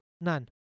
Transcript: None